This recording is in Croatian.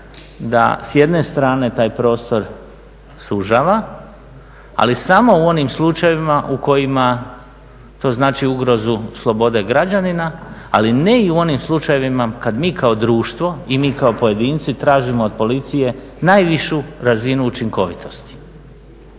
da s jedne strane taj prostor sužava ali samo u onim slučajevima u kojima to znači ugrozu slobode građanina ali ne i u onim slučajevima kada mi kao društvo i mi kao pojedinci tražimo od policije najvišu razinu učinkovitosti.